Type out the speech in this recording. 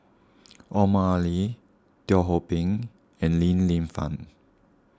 Omar Ali Teo Ho Pin and Li Lienfung